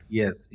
yes